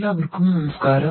എല്ലാവർക്കും നമസ്ക്കാരം